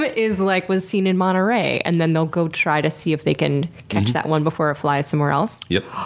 ah like was seen in monterrey and then they'll go try to see if they can catch that one before it flies somewhere else? yep.